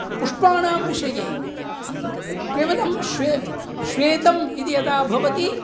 पुष्पाणां विषये केवलं श्वे श्वेतम् इति यदा भवति